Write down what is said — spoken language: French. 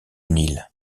nil